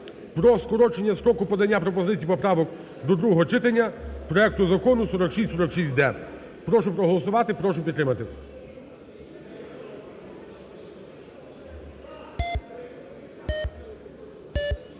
про скорочення строку подання пропозицій, поправок до другого читання проекту Закону 4646-д. Прошу проголосувати, прошу підтримати.